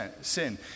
sin